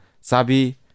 Sabi